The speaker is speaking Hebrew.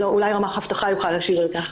לא, אולי רמ"ח אבטחה יוכל להשיב על כך.